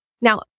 Now